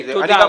תודה.